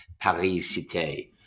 Paris-Cité